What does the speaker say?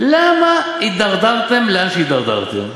למה הידרדרתם לאן שהידרדרתם?